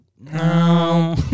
No